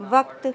وقت